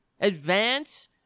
Advance